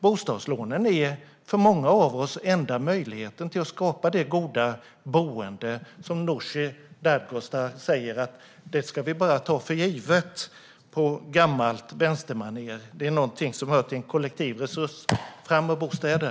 Bostadslånen är för många av oss den enda möjligheten att skapa det goda boendet. Nooshi Dadgostar säger på gammalt vänstermanér att vi bara ska ta det för givet. Det är någonting som hör till en kollektiv resurs. Fram med bostäder!